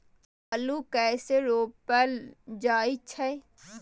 आलू कइसे रोपल जाय छै?